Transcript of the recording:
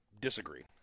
disagree